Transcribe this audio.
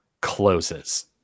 closes